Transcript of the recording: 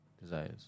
desires